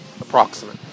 Approximate